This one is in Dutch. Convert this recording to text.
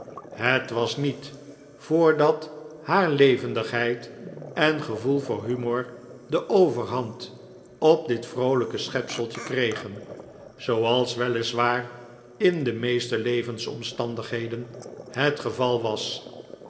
het was niet voordat haar levendigheid en gevoel voor humor de overhand op dit vroolijke schepseltje kregen zooals weliswaar in de meeste levensomstandigheden het geval was